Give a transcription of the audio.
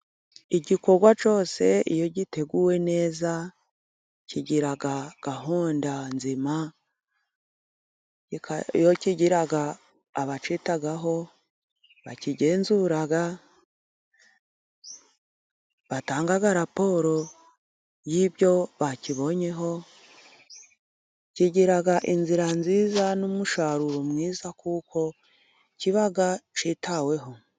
Igikorwa cyose iyo giteguwe neza kigira gahunda nzima, iyo kigira abacyitaho bakigenzura, batanga raporo y'ibyo bakibonyeho, kigira inzira nziza n'umusaruro mwiza kuko kiba cyitaweho.